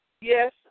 Yes